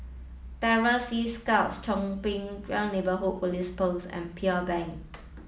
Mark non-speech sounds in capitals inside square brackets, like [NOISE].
Terror Sea Scouts Chong Pang [UNINTELLIGIBLE] Neighbourhood Police Post and Pearl Bank